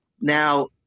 Now